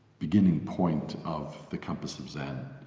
beginning point of the compass of zen.